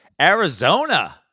Arizona